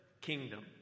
kingdom